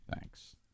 Thanks